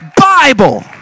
bible